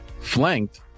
Flanked